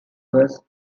was